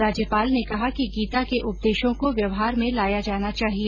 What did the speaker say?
राज्यपाल ने कहा कि गीता के उपदेशों को व्यवहार में लाया जाना चाहिए